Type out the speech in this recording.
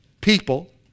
people